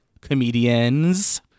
comedians